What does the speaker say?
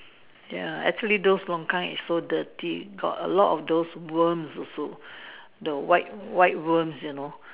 ya actually those longkang is so dirty got a lot of those worm also the white white worm you know